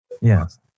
Yes